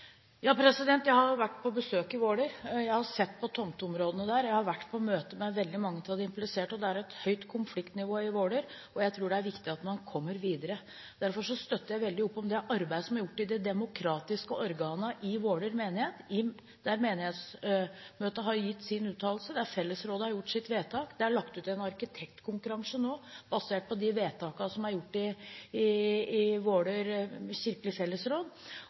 Jeg har vært på besøk i Våler, jeg har sett på tomteområdene der, jeg har vært på møter med veldig mange av de impliserte. Det er et høyt konfliktnivå i Våler, og jeg tror det er viktig at man kommer videre. Derfor støtter jeg veldig opp om det arbeidet som er gjort i de demokratiske organene i Våler menighet, der menighetsmøtet har gitt sin uttalelse, der fellesrådet har gjort sitt vedtak. Det er lagt ut en arkitektkonkurranse nå, basert på de vedtakene som er gjort i